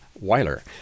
Weiler